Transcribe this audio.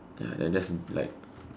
ya that that's like